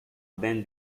ben